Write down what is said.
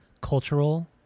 cultural